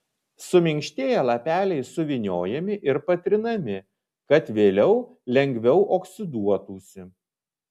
suminkštėję lapeliai suvyniojami ir patrinami kad vėliau lengviau oksiduotųsi